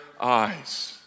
eyes